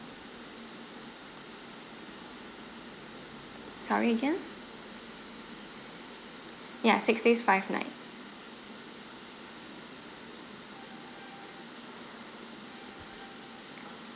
sorry again ya six days five nights